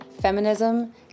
feminism